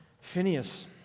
Phineas